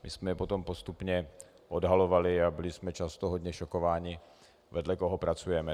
My jsme je potom postupně odhalovali a byli jsme často hodně šokováni, vedle koho pracujeme.